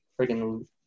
freaking